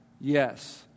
yes